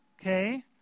okay